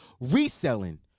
reselling